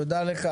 תודה לך.